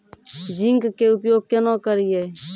Zinc के उपयोग केना करये?